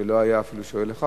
ולא היה אפילו שואל אחד,